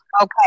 Okay